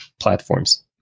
platforms